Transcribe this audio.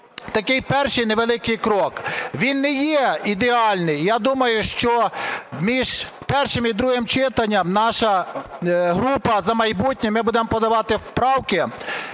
такий перший невеликий крок. Він не є ідеальний. Я думаю, що між першим і другим читанням наша група "За майбутнє" ми будемо подавати правки